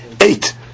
eight